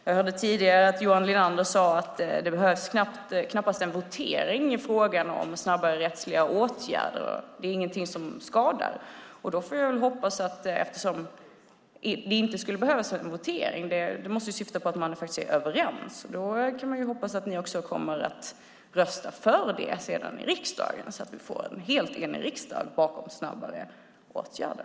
Jag hörde tidigare att Johan Linander sade att det knappast behövs en votering i frågan om snabbare rättsliga åtgärder, att det inte är något som skadar. Att det inte skulle behövas en votering får jag väl hoppas syftar på att man faktiskt är överens, och då kan man ju hoppas att ni sedan kommer att rösta för detta i riksdagen, så att vi får en helt enig riksdag bakom snabbare åtgärder.